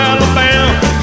Alabama